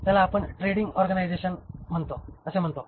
त्याला आपण trading organisation असे म्हणतो